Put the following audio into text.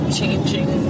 changing